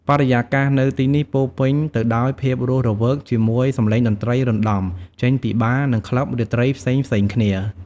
បរិយាកាសនៅទីនេះពោរពេញទៅដោយភាពរស់រវើក ជាមួយ សំឡេងតន្ត្រីរណ្ដំ ចេញពីបារ និងក្លឹបរាត្រីផ្សេងៗគ្នា។